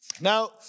Now